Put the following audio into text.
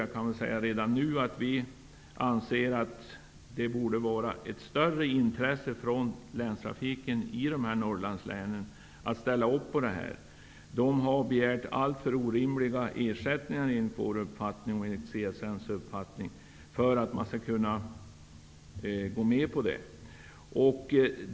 Jag kan redan nu säga att det borde vara ett större intresse från länstrafikbolagen i dessa Norrlandslän när det gäller att ställa upp på detta. De har, enligt vår uppfattning och enligt CSN:s uppfattning, begärt alltför orimliga ersättningar för att man skall kunna gå med på detta.